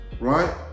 Right